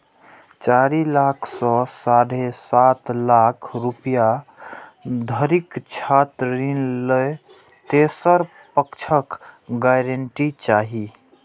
चारि लाख सं साढ़े सात लाख रुपैया धरिक छात्र ऋण लेल तेसर पक्षक गारंटी चाही